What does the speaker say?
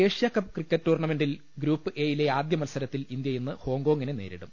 Asia Cup cricket ടൂർണമെന്റിൽ group A യിലെ ആദ്യ മത്സരത്തിൽ ഇന്ത്യ ഇന്ന് ഹോങ്കോങ്ങിനെ നേരിടും